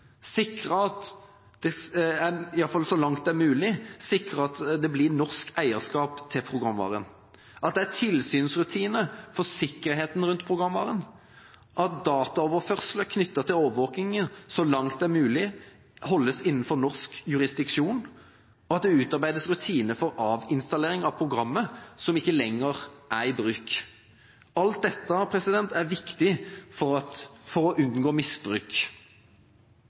sikre at det – iallfall så langt det er mulig – blir norsk eierskap til programvaren, at det er tilsynsrutiner for sikkerheten rundt programvaren, at dataoverførsler knyttet til overvåkningen så langt det er mulig holdes innenfor norsk jurisdiksjon, og at det utarbeides rutiner for avinstallering av programmer som ikke lenger er i bruk. Alt dette er viktig for å unngå misbruk.